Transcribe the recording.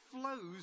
flows